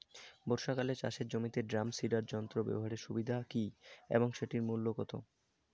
বর্ষাকালে চাষের জমিতে ড্রাম সিডার যন্ত্র ব্যবহারের সুবিধা কী এবং সেটির মূল্য কত?